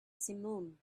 simum